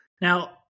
Now